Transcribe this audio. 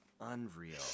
Unreal